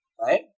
Right